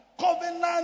covenant